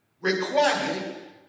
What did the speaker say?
required